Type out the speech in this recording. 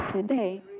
today